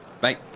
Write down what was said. Bye